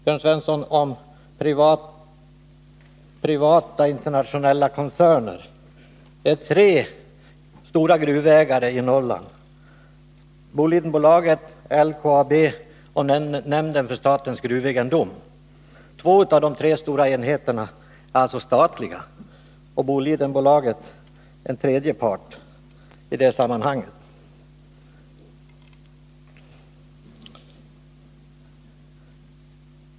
Jörn Svensson talar om privata internationella koncerner. Det finns tre stora gruvägare i Norrland: Bolidenbolaget, LKAB och nämnden för statens gruvegendom. Två av de tre stora enheterna är alltså statliga, och Bolidenbolaget är den tredje parten i sammanhanget.